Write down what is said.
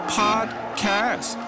podcast